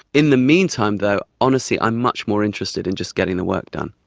in the meantime though honestly i am much more interested in just getting the work done.